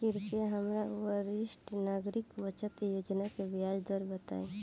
कृपया हमरा वरिष्ठ नागरिक बचत योजना के ब्याज दर बताई